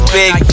big